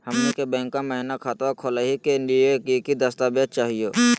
हमनी के बैंको महिना खतवा खोलही के लिए कि कि दस्तावेज चाहीयो?